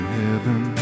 heaven